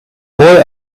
boy